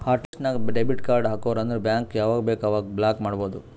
hot list ನಾಗ್ debit card ಹಾಕುರ್ ಅಂದುರ್ ಬ್ಯಾಂಕ್ ಯಾವಾಗ ಬೇಕ್ ಅವಾಗ ಬ್ಲಾಕ್ ಮಾಡ್ಬೋದು